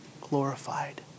glorified